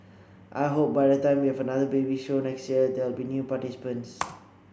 I hope by the time we have another baby show next year there will be new participants